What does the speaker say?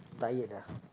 tired ah